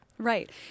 Right